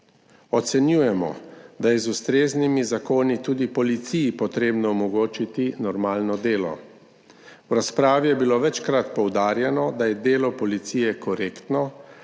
Ocenjujemo, da je z ustreznimi zakoni tudi policiji treba omogočiti normalno delo. V razpravi je bilo večkrat poudarjeno, da je delo policije korektno,